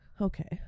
Okay